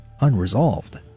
unresolved